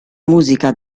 musica